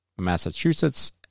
Massachusetts